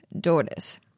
daughters